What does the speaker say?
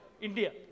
India